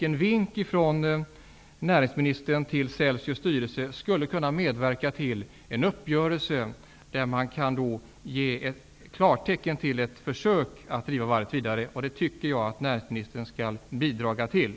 En vink från näringsministern till Celsius styrelse skulle kunna medverka till en uppgörelse där man kan ge ett klartecken till ett försök att driva varvet vidare. Det tycker jag att näringsministern skall bidra till.